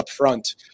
upfront